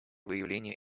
выявления